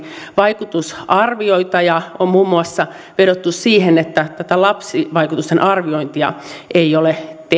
vaikutusarvioita ja on muun muassa vedottu siihen että tätä lapsivaikutusten arviointia ei ole